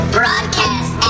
broadcast